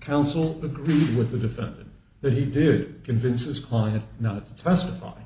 counsel agreed with the defendant that he did convince his client not testify